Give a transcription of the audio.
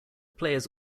players